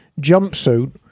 jumpsuit